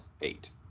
eight